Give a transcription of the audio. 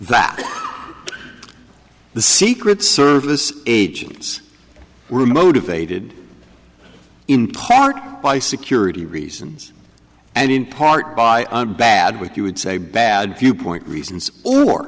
that the secret service agents were motivated in part by security reasons and in part by bad with you would say bad viewpoint reasons for